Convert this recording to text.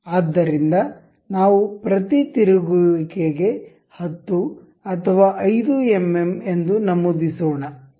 ಆದ್ದರಿಂದ ನಾವು ಪ್ರತಿ ತಿರುಗುವಿಕೆಗೆ 10 ಅಥವಾ 5 ಎಂಎಂ ಎಂದು ನಮೂದಿಸೋಣ